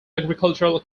agricultural